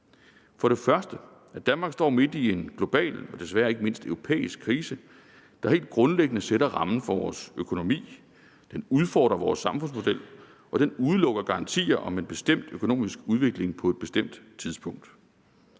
For det første, at Danmark står midt i en global – men desværre ikke mindst europæisk – krise, der helt grundlæggende sætter rammen for vores økonomi. Den udfordrer vores samfundsmodel, og den udelukker garantier om en bestemt økonomisk udvikling på et bestemt tidspunkt.